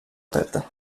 aperta